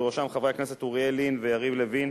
ובראשם חברי הכנסת אוריאל לין ויריב לוין,